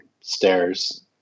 stairs